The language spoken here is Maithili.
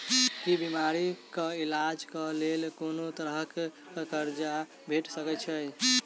की बीमारी कऽ इलाज कऽ लेल कोनो तरह कऽ कर्जा भेट सकय छई?